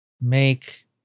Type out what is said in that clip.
make